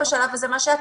ובשלב הזה זה מה שהיה,